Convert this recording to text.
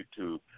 YouTube